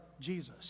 jesus